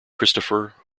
christopher